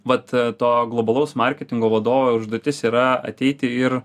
vat to globalaus marketingo vadovo užduotis yra ateiti ir